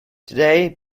today